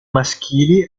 maschili